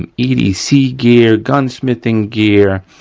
um edc gear, gunsmithing gear,